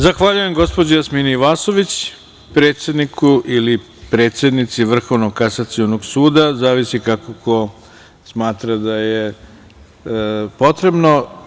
Zahvaljujem gospođi Jasmini Vasović, predsedniku ili predsednici Vrhovnog kasacionog suda, zavisi kako smatra da je potrebno.